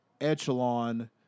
echelon